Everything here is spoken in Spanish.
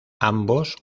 ambos